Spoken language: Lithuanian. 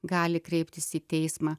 gali kreiptis į teismą